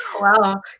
Wow